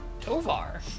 Tovar